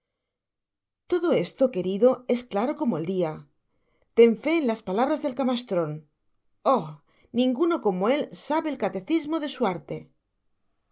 todo esto que ridoes claro como el dia ten fé en las palabras del camastron oh ninguno como el sabe el catecismo de su arte